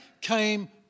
came